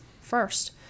first